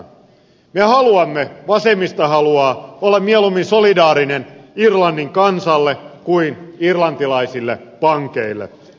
me haluamme vasemmisto haluaa olla mieluummin solidaarinen irlannin kansalle kuin irlantilaisille pankeille